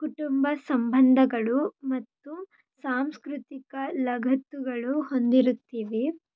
ಕುಟುಂಬ ಸಂಬಂಧಗಳು ಮತ್ತು ಸಾಂಸ್ಕೃತಿಕ ಲಗತ್ತುಗಳು ಹೊಂದಿರುತ್ತಿವೆ